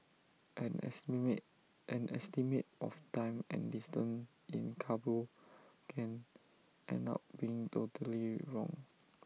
an estimate an estimate of time and distance in Kabul can end up being totally wrong